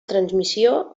transmissió